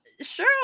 sure